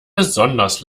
besonders